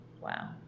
wow